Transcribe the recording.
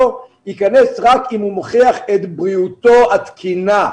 ייכנס רק אם הוא מוכיח את בריאותו התקינה.